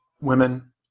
women